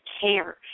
cares